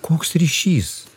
koks ryšys